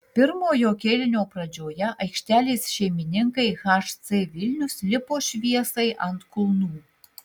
pirmojo kėlinio pradžioje aikštelės šeimininkai hc vilnius lipo šviesai ant kulnų